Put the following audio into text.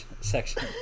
section